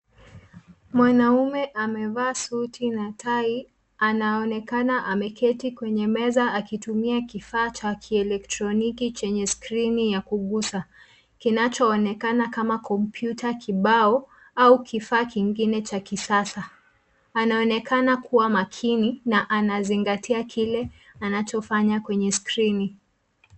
Mwanaume amevaa suti na tai, anaonekana ameketi kwenye meza akitumia kifaa cha kielektroniki chenye skrini ya kugusa, kinachoonekana kama kompyuta kibao au kifaa kingine cha kisasa. Anaonekana kuwa makini na anazigatia kile anachofanya kwenye skrini.